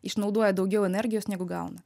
išnaudoja daugiau energijos negu gauna